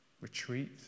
retreat